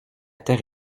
terre